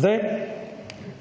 Zdaj